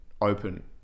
open